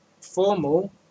Formal